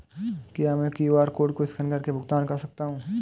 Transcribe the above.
क्या मैं QR code को स्कैन करके भुगतान कर सकता हूं?